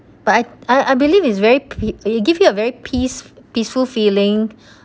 but I I I believe is very pe~ you give me a very peace peaceful feeling